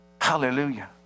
Hallelujah